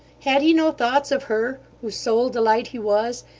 had he no thoughts of her, whose sole delight he was,